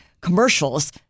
commercials